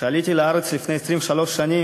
כשעליתי לארץ לפני 23 שנים,